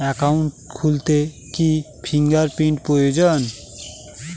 Account খুলতে কি fingerprint প্রয়োজন?